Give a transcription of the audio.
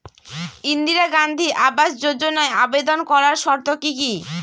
ইন্দিরা গান্ধী আবাস যোজনায় আবেদন করার শর্ত কি কি?